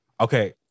Okay